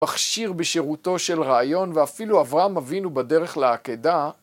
מכשיר בשירותו של רעיון, ואפילו אברהם אבינו בדרך לעקדה.